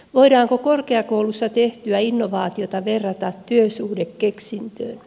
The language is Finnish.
voidaanko korkeakoulussa tehtyä innovaatiota verrata työsuhdekeksintöön